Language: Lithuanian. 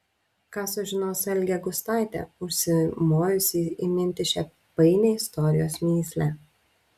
ką sužinos algė gustaitė užsimojusi įminti šią painią istorijos mįslę